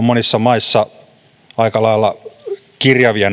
monissa maissa aika lailla kirjavia